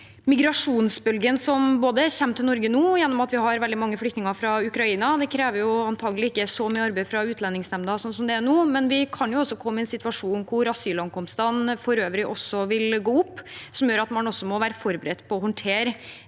migrasjonsbølgen som nå kommer til Norge ved at vi har veldig mange flyktninger fra Ukraina. Det krever antakelig ikke så mye arbeid fra Utlendingsnemnda slik som det er nå, men vi kan komme i en situasjon hvor asylankomstene for øvrig også vil gå opp, som gjør at man må være forberedt på å håndtere